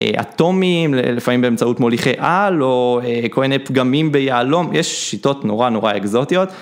אטומים, לפעמים באמצעות מוליכי על, או כל מיני פגמים ביהלום, יש שיטות נורא נורא אקזוטיות.